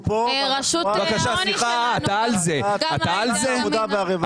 זה בוועדת העבודה והרווחה.